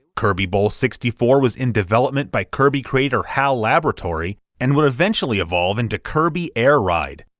kirby bowl sixty four was in development by kirby creator hal laboratory, and would eventually evolve into kirby air ride,